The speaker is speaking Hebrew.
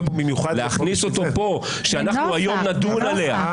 להכניס את זה כאן ושאנחנו היום נדון עליה כי